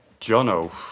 Jono